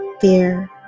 Fear